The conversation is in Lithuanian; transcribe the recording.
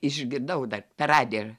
išgirdau dar per radiją ir